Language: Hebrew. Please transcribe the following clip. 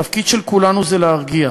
התפקיד של כולנו זה להרגיע.